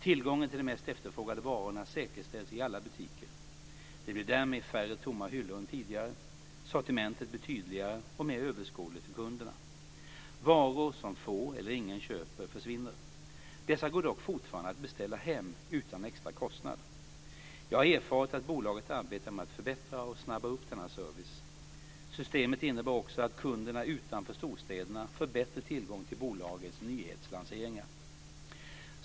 Tillgången till de mest efterfrågade varorna säkerställs i alla butiker. Det blir därmed färre tomma hyllor än tidigare. Sortimentet blir tydligare och mer överskådligt för kunderna. Varor som få eller ingen köper försvinner. Dessa går dock fortfarande att beställa hem utan extra kostnad. Jag har erfarit att bolaget arbetar med att förbättra och snabba på denna service. Systemet innebär också att kunderna utanför storstäderna får bättre tillgång till bolagets nyhetslanseringar.